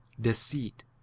deceit